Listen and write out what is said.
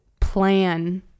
plan